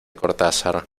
cortázar